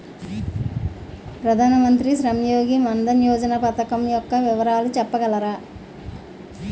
ప్రధాన మంత్రి శ్రమ్ యోగి మన్ధన్ యోజన పథకం యెక్క వివరాలు చెప్పగలరా?